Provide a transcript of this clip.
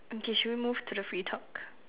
okay should we move to the free talk